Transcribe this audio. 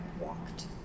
walked